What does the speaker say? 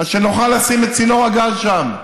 אז שנוכל לשים את צינור הגז שם.